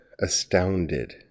astounded